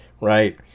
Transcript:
right